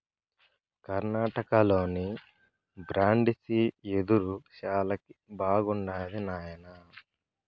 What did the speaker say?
కర్ణాటకలోని బ్రాండిసి యెదురు శాలకి బాగుండాది నాయనా